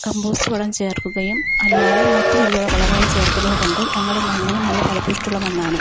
compost വളം ചേർക്കുകയും അല്ലാതെ മറ്റ് രീതിയിലുള്ള വളങ്ങളും ചേർക്കുന്നതുകൊണ്ട് ഞങ്ങളുടെ മണ്ണിന് നല്ല ഫലഭൂയിഷ്ടമായുള്ള മണ്ണാണ്